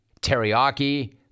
Teriyaki